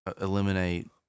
eliminate